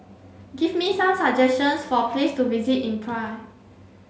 give me some suggestions for place to visit in Praia